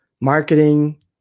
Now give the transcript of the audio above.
marketing